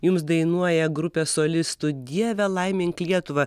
jums dainuoja grupė solistų dieve laimink lietuvą